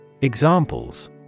Examples